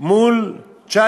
מול 19%